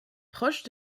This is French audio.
proche